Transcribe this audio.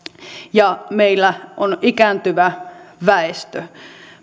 ja meillä on ikääntyvä väestö